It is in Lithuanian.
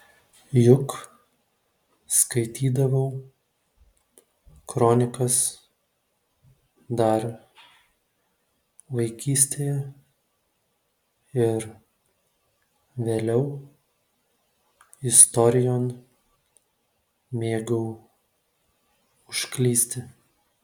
juk skaitydavau kronikas dar vaikystėje ir vėliau istorijon mėgau užklysti